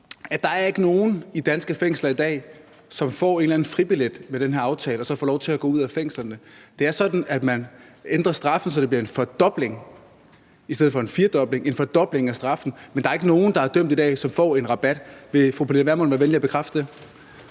at der ikke er nogen i danske fængsler i dag, som med den her aftale får en eller anden fribillet og så får lov til at gå ud af fængslerne. Det er sådan, at man ændrer straffen, så det i stedet for en firedobling bliver en fordobling af straffen, men der er ikke nogen, der er dømt i dag, som får en rabat. Vil fru Pernille Vermund være venlig at bekræfte det?